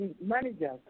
managers